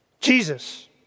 Jesus